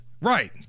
right